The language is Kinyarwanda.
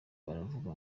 baravuga